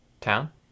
town